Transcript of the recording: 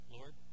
Lord